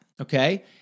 okay